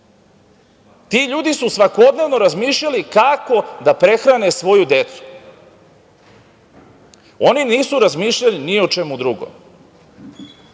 Ti ljudi su svakodnevno razmišljali kako da prehrane svoju decu. Oni nisu razmišljali ni o čemu drugom.